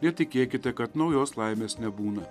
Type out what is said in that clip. netikėkite kad naujos laimės nebūna